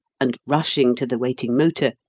and, rushing to the waiting motor,